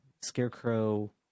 Scarecrow